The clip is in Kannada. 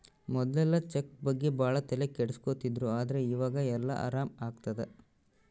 ಮೊದ್ಲೆಲ್ಲ ಚೆಕ್ ಬಗ್ಗೆ ಭಾಳ ತಲೆ ಕೆಡ್ಸ್ಕೊತಿದ್ರು ಆದ್ರೆ ಈವಾಗ ಎಲ್ಲ ಆರಾಮ್ ಆಗ್ತದೆ